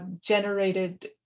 generated